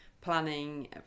planning